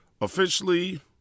officially